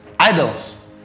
Idols